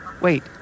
Wait